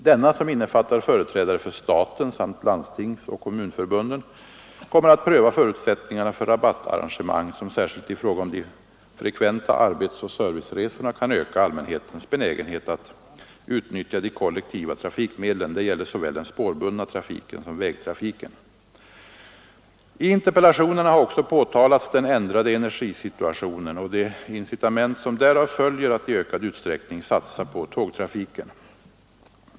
Denna — som innefattar företrädare för staten samt landstingsoch kommunförbunden — kommer att pröva förutsättningarna för rabattarrangemang, som särskilt i fråga om de frekventa arbetsoch serviceresorna kan öka allmänhetens benägenhet att utnyttja de kollektiva trafikmedlen. Det gäller såväl den spårbundna trafiken som vägtrafiken. I interpellationerna har också påtalats den ändrade energisituationen och det incitament som därav följer att i ökad utsträckning satsa på tågtrafiken.